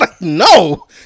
No